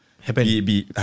happen